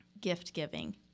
gift-giving